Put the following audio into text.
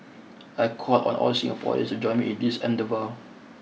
I call on all Singaporeans to join me in this endeavour